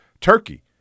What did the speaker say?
Turkey